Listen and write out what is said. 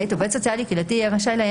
עובד סוציאלי קהילתי יהיה רשאי לעיין